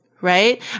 right